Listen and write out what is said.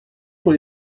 pour